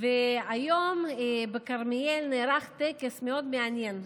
היום בכרמיאל נערך טקס מאוד מעניין,